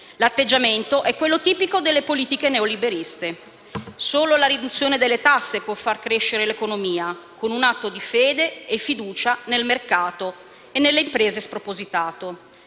L'atteggiamento è quello tipico delle politiche neo-liberiste: solo la riduzione delle tasse può far crescere l'economia, con un atto di fede e di fiducia nel mercato e nelle imprese spropositato.